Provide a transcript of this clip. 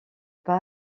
pas